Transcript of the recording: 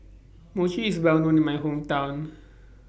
Mochi IS Well known in My Hometown